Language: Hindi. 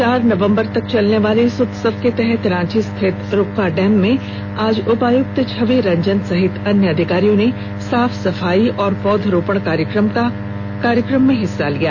चार नवंबर तक चलने वाले इस उत्सव के तहत रांची स्थित रूक्का डैम में आज उपायुक्त छवि रंजन समेत अन्य अधिकारियों ने साफ सफाई और पौधारोपण कार्यक्रम में हिस्सा लिया